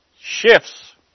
shifts